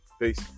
peace